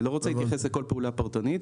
אני לא רוצה להתייחס לכל פעולה פרטנית,